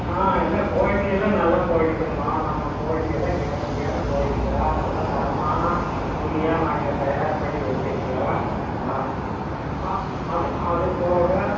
ஆ எல்லாம் குவாலிட்டி எல்லாம் நல்ல குவாலிட்டி தான்மா நம்ம குவாலிட்டி எல்லாம் கேரண்டியான குவாலிட்டி தான் நல்லா தரமான துணியாக நாங்கள் தயார் பண்ணி வச்சுருக்கோம் ஆ ஆ அது அதுப் போக